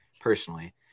personally